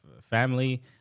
family